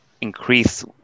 increase